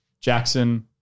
Jackson